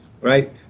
Right